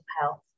health